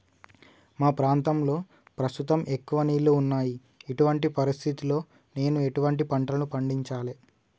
మా ప్రాంతంలో ప్రస్తుతం ఎక్కువ నీళ్లు ఉన్నాయి, ఇటువంటి పరిస్థితిలో నేను ఎటువంటి పంటలను పండించాలే?